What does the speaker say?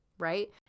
Right